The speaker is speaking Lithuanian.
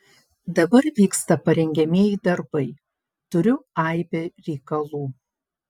dabar vyksta parengiamieji darbai turiu aibę reikalų